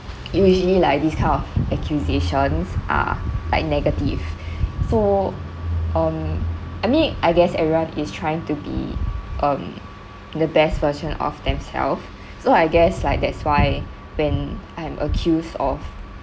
usually like this kind of accusations are like negative so um I mean I guess everyone is trying to be um the best version of themselves so I guess like that's why when I'm accused of